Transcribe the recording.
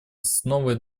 основой